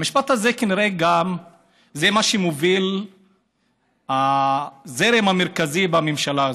המשפט הזה זה כנראה מה שמוביל הזרם המרכזי בממשלה הזאת.